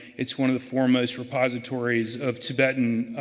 it's one of the foremost for positive stories of tibetan